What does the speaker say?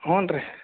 ಹ್ಞೂ ರೀ